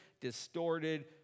distorted